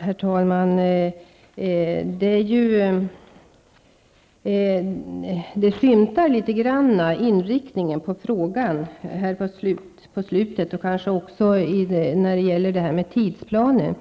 Herr talman! Av inriktningen när det gäller frågan, och kanske också av vad som sades om tidsplanen,